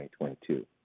2022